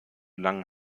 langen